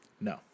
No